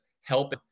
help